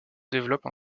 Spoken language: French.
développe